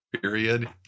period